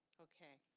okay.